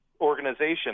organization